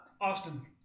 Austin